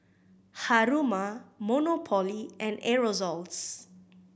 Haruma Monopoly and Aerosoles